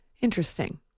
Interesting